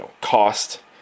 cost